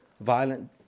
violent